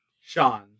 sean